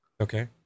okay